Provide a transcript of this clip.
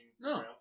No